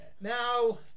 Now